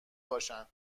باشن